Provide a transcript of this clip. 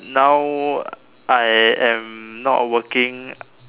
now I am not working